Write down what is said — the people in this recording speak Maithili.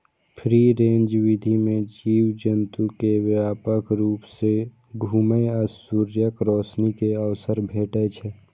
फ्री रेंज विधि मे जीव जंतु कें व्यापक रूप सं घुमै आ सूर्यक रोशनी के अवसर भेटै छै